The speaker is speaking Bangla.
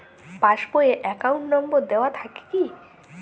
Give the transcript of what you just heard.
পাস বই এ অ্যাকাউন্ট নম্বর দেওয়া থাকে কি?